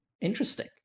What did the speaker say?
Interesting